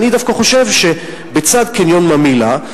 ואני דווקא חושב שלצד קניון ממילא,